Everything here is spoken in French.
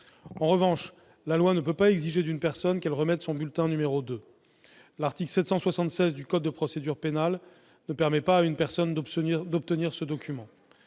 En revanche, la loi ne peut pas exiger d'une personne qu'elle remette son bulletin numéro 2 ; en effet, l'article 776 du code de procédure pénale ne permet pas à une personne d'obtenir ce document.